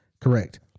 correct